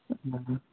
না না